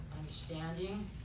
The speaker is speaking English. understanding